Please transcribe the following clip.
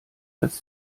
als